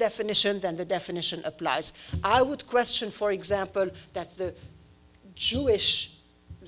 definition then the definition applies i would question for example that the jewish